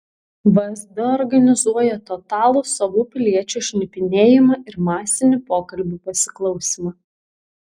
vsd organizuoja totalų savų piliečių šnipinėjimą ir masinį pokalbių pasiklausymą